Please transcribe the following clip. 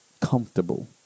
comfortable